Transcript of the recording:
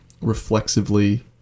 reflexively